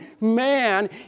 man